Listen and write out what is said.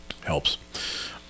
helps